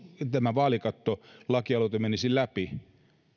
tämä vaalikattolakialoite menisi läpi niin